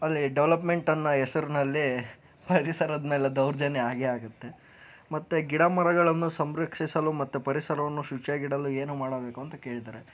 ಅಲ್ಲಿ ಡೆವಲಪ್ಮೆಂಟನ್ನೋ ಹೆಸರಿನಲ್ಲಿ ಪರಿಸರದ ಮೇಲೆ ದೌರ್ಜನ್ಯ ಆಗೇ ಆಗುತ್ತೆ ಮತ್ತೆ ಗಿಡಮರಗಳನ್ನು ಸಂರಕ್ಷಿಸಲು ಮತ್ತು ಪರಿಸರವನ್ನು ಶುಚಿಯಾಗಿಡಲು ಏನು ಮಾಡಬೇಕು ಅಂತ ಕೇಳ್ತಾರೆ